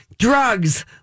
Drugs